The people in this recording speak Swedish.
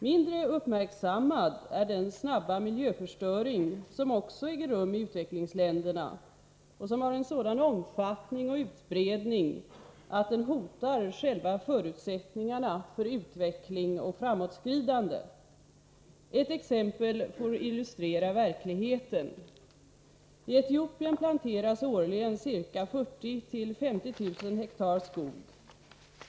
Mindre uppmärksammad är den snabba miljöförstöring som också äger rum i utvecklingsländerna och som har en sådan omfattning och utbredning att den hotar själva förutsättningarna för utveckling och framåtskridande. Ett exempel får illustrera verkligheten. I Etiopien planteras årligen ca 40 000-50 000 hektar skog.